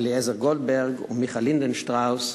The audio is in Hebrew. אליעזר גולדברג ומיכה לינדנשטראוס,